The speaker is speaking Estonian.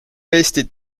eestit